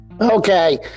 Okay